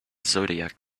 zodiac